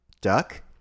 duck